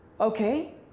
Okay